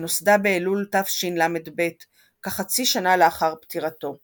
שנוסדה באלול תשל"ב כחצי שנה לאחר פטירתו;